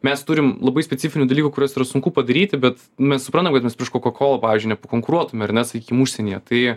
mes turim labai specifinių dalykų kuriuos yra sunku padaryti bet mes suprantam kad mes prieš kokakolą pavyzdžiui ne pakonkuruotume ar ne sakykim užsienyje tai